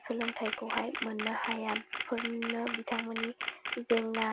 सोलोंथाइखौहाय मोननो हाया बेफोरनो बिथां मोननि जेंना